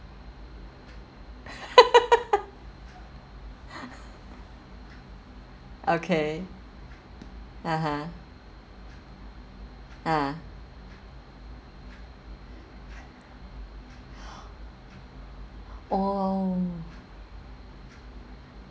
okay (uh huh) ha oh